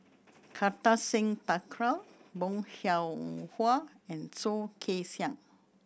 Kartar Singh Thakral Bong Hiong Hwa and Soh Kay Siang